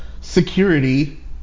security